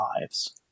lives